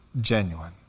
genuine